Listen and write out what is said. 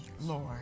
Lord